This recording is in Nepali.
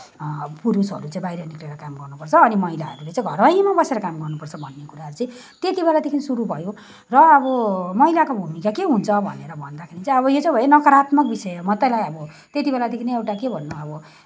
पुरुषहरूले चाहिँ बाहिर निक्लिएर काम गर्नुपर्छ र महिलाहरूले चाहिँ घरमै बसेर काम गर्नुपर्छ भन्ने कुरा चाहिँ त्यत्तिबेलादेखि सुरु भयो र अब महिलाको भूमिका के हुन्छ भनेर भन्दाखेरि चाहिँ अब यो चाहिँ भयो नकारात्मक विषय हो मात्रैलाई त्यत्तिबेला नै एउटा अब के भन्नु अब